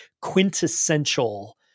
quintessential